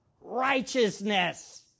righteousness